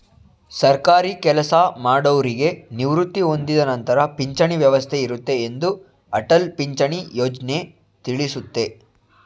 ಸರ್ಕಾರಿ ಕೆಲಸಮಾಡೌರಿಗೆ ನಿವೃತ್ತಿ ಹೊಂದಿದ ನಂತರ ಪಿಂಚಣಿ ವ್ಯವಸ್ಥೆ ಇರುತ್ತೆ ಎಂದು ಅಟಲ್ ಪಿಂಚಣಿ ಯೋಜ್ನ ತಿಳಿಸುತ್ತೆ